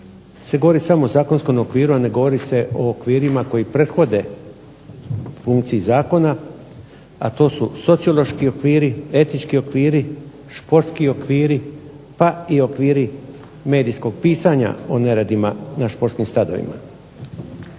se govori samo o zakonskom okviru, a ne govori se o okvirima koji prethode funkciji zakona, a to su sociološki okviri, etički okviri, športski okviri, pa i okviri medijskog pisanja o neredima na športskim stadionima.